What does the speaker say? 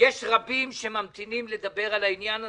יש רבים שממתינים לדבר על העניין הזה,